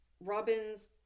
Robin's